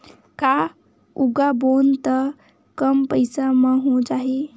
का उगाबोन त कम पईसा म हो जाही?